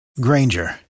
Granger